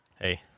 Hey